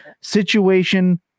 situation